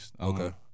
Okay